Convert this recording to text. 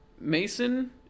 Mason